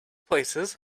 places